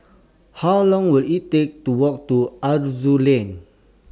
How Long Will IT Take to Walk to Aroozoo Lane